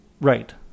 Right